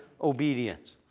obedience